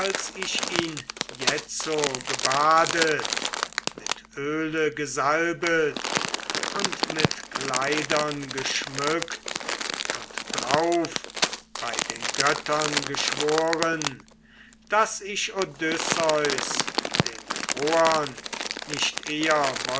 ich ihn jetzo gebadet mit öle gesalbet und mit kleidern geschmückt und drauf bei den göttern geschworen daß ich odysseus den troern nicht eher